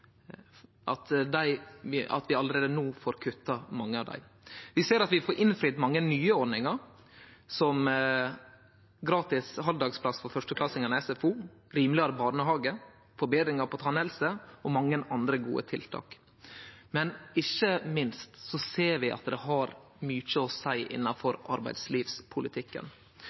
at vi allereie no får kutta mange av dei. Vi ser at vi får innfridd mange nye ordningar, som gratis halvdagsplass for førsteklassingane i SFO, rimelegare barnehage, forbetringar i tannhelse og mange andre gode tiltak. Ikkje minst ser vi at det har mykje å seie innanfor arbeidslivspolitikken,